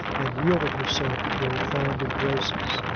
and yielded herself to her fond embraces.